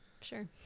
sure